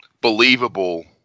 believable